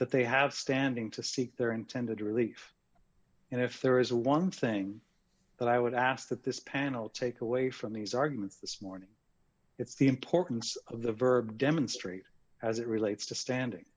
that they have standing to seek their intended relief and if there is one thing that i would ask that this panel take away from these arguments this morning it's the importance of the verb demonstrate as it relates to standing